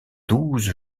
douze